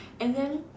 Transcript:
and then